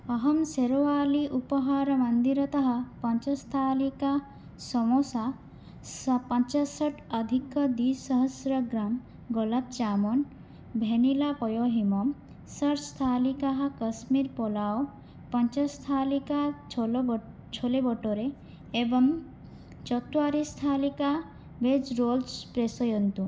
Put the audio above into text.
अहं सेरवाली उपाहारमन्दिरतः पञ्चस्थालिका समोसा स पञ्चाशदधिकद्विसहस्रं ग्रां गोलब्चामून् भेनिलापयोहिमं षड् स्थालिकाः कश्मीर् पलाव् पञ्च स्थालिकाः छोलो बटु छोले बटुरे एवं चत्वारि स्थालिका वेज् रोल्स् प्रेषयन्तु